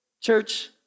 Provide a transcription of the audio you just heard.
Church